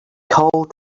called